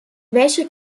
welche